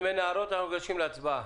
אם אין הערות, אנחנו ניגשים להצבעה.